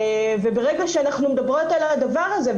ברגע שאנחנו מדברות על הדבר הזה,